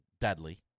Deadly